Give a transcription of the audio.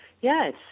Yes